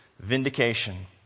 vindication